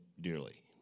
dearly